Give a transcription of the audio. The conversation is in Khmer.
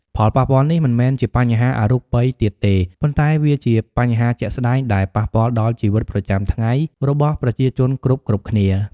ផលប៉ះពាល់នេះមិនមែនជាបញ្ហាអរូបីទៀតទេ ប៉ុន្តែវាជាបញ្ហាជាក់ស្តែងដែលប៉ះពាល់ដល់ជីវិតប្រចាំថ្ងៃរបស់ប្រជាជនគ្រប់ៗគ្នា។